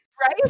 right